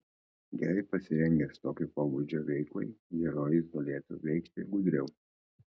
gerai pasirengęs tokio pobūdžio veiklai herojus galėtų veikti gudriau